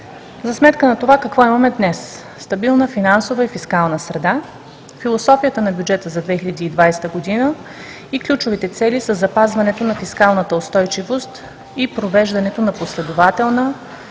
За сметка на това какво имаме днес? Стабилна финансова и фискална среда, философията на бюджета за 2020 г., ключовите цели за запазването на фискалната устойчивост и провеждането на последователна,